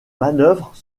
manœuvres